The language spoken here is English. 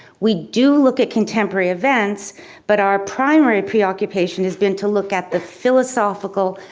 we do look at contemporary events but our primary preoccupation has been to look at the philosophical,